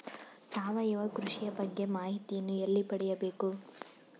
ಸಾವಯವ ಕೃಷಿಯ ಬಗ್ಗೆ ಮಾಹಿತಿಯನ್ನು ಎಲ್ಲಿ ಪಡೆಯಬೇಕು?